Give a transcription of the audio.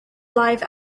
life